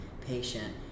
patient